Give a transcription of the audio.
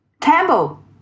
Campbell